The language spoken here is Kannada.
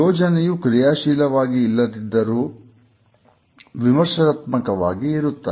ಯೋಜನೆಯು ಕ್ರಿಯಾಶೀಲವಾಗಿ ಇಲ್ಲದಿದ್ದರೂ ವಿಮರ್ಶಾತ್ಮಕವಾಗಿ ಇರುತ್ತದೆ